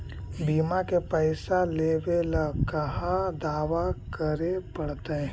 बिमा के पैसा लेबे ल कहा दावा करे पड़तै?